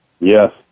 Yes